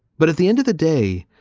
but at the end of the day,